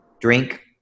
drink